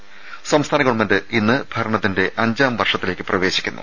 ത സംസ്ഥാന ഗവൺമെന്റ് ഇന്ന് ഭരണത്തിന്റെ അഞ്ചാം വർഷത്തിലേക്ക് പ്രവേശിക്കുന്നു